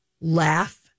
laugh